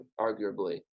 arguably